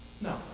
No